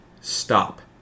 stop